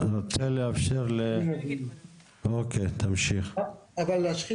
הייתה, אבל להבנתי